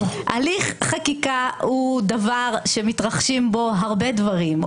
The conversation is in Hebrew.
הליך חקיקה הוא דבר שמתרחשים בו הרבה דברים.